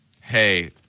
hey